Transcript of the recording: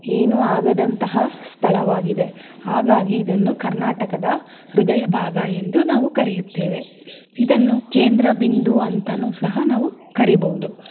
ಏನೂ ಆಗದಂತಹ ಸ್ಥಳವಾಗಿದೆ ಹಾಗಾಗಿ ಇದನ್ನು ಕರ್ನಾಟಕದ ಹೃದಯ ಭಾಗ ಎಂದು ನಾವು ಕರೆಯುತ್ತೇವೆ ಇದನ್ನು ಕೇಂದ್ರ ಬಿಂದು ಅಂತಲೂ ಸಹ ನಾವು ಕರೀಬೋದು